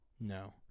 No